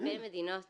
שהרבה מדינות